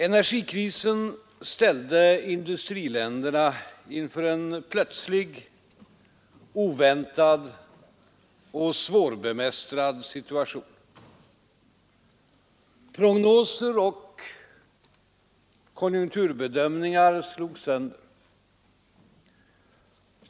Energikrisen ställde industriländerna inför en plötslig, oväntad och svårbemästrad situation. Prognoser och konjunkturbedömningar slogs sönder.